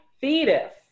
fetus